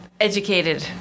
educated